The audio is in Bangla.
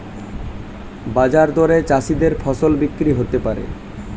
বাজার দরে চাষীদের ফসল বিক্রি হতে পারে